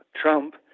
Trump